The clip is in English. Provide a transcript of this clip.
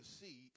see